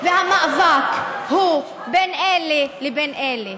והמאבק הוא בין אלה לבין אלה: